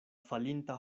falinta